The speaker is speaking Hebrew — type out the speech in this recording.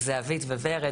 זהבית וורד,